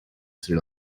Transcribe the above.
sri